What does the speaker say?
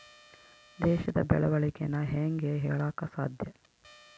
ದೇಶದ ಬೆಳೆವಣಿಗೆನ ಹೇಂಗೆ ಹೇಳಕ ಸಾಧ್ಯ?